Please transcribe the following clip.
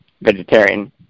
vegetarian